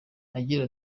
agira